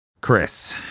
Chris